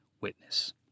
witness